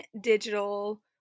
digital